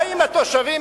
באים התושבים,